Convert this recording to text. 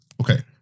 Okay